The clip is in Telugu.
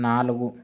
నాలుగు